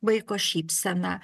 vaiko šypseną